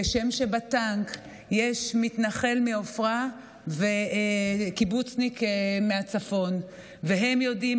כשם שבטנק יש מתנחל מעופרה וקיבוצניק מהצפון והם יודעים